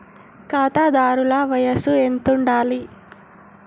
ఖాతాదారుల వయసు ఎంతుండాలి?